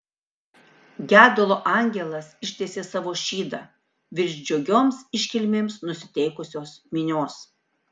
gedulo angelas ištiesė savo šydą virš džiugioms iškilmėms nusiteikusios minios